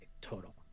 total